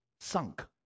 sunk